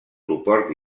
suport